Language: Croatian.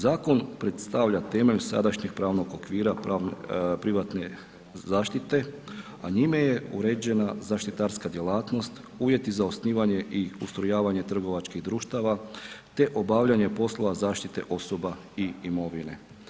Zakon predstavlja temelj sadašnjeg pravnog okvira privatne zaštite, a njime je uređena zaštitarska djelatnost, uvjeti za osnivanje i ustrojavanje trgovačkih društava te obavljanje poslova zaštite osoba i imovine.